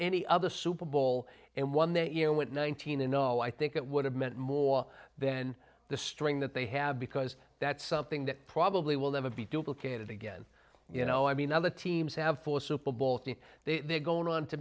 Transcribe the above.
any of the super bowl and one that you know went nineteen a no i think it would have meant more then the string that they have because that's something that probably will never be duplicated again you know i mean other teams have four super bowl teams they are going on to